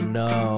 no